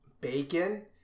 bacon